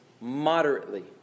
moderately